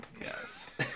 Yes